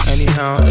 Anyhow